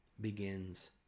begins